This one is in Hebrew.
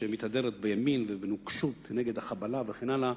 שמתהדרת בימין ובנוקשות נגד החבלה וכן הלאה,